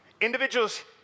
Individuals